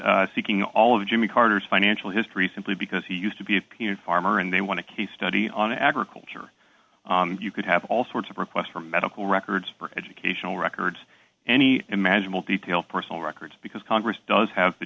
directed seeking all of jimmy carter's financial history simply because he used to be a peanut farmer and they want to keep study on agriculture you could have all sorts of requests for medical records educational records any imaginable detail personal records because congress does have the